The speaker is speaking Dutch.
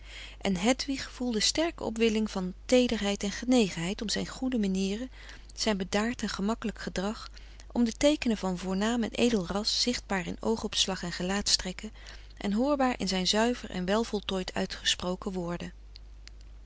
en hedwig voelde sterke opwelling van teederheid en genegenheid om zijn goede manieren zijn bedaard en gemakkelijk gedrag om de teekenen van voornaam en edel ras zichtbaar in oogopslag en gelaatstrekken en hoorbaar in zijn zuiver en wel voltooid uitgesproken woorden